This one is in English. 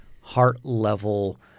heart-level